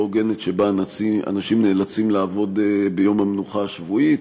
הוגנת שבה אנשים נאלצים לעבוד ביום המנוחה השבועי,